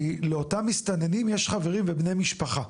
כי לאותם מסתננים, יש חברים ובני משפחה,